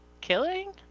Killing